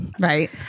Right